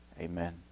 Amen